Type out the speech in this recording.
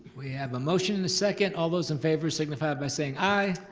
we have a motion and a second, all those in favor signify by saying aye.